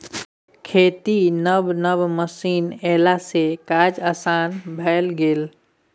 खेतीक नब नब मशीन एलासँ काज आसान भए गेल